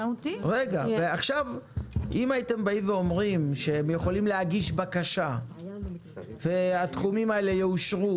אם הייתם אומרים שהם יכולים להגיש בקשה והתחומים האלה יאושרו,